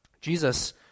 Jesus